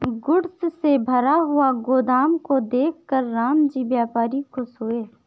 goods से भरा हुआ गोदाम को देखकर रामजी व्यापारी खुश हुए